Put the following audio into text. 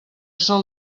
sol